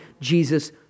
Jesus